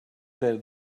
that